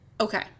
Okay